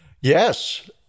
Yes